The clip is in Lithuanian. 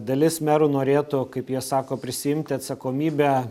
dalis merų norėtų kaip jie sako prisiimti atsakomybę